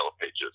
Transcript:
Pages